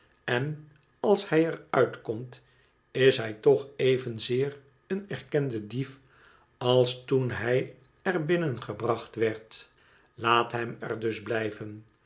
en als hij er uit komt is hij toch evenzeer een erkenden dief als toen hij er binnen gebracht werd laat hem er dus blijven